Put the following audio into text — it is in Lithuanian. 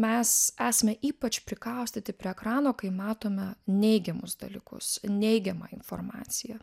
mes esame ypač prikaustyti prie ekrano kai matome neigiamus dalykus neigiama informaciją